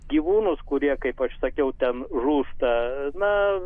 gyvūnus kurie kaip aš sakiau ten žūsta na